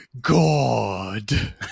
god